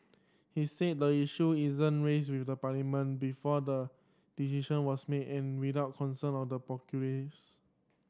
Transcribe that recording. he said the issue isn't raised with Parliament before the decision was made and without consulting the populace